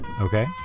Okay